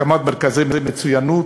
להקמת מרכזי מצוינות,